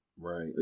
Right